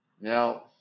Now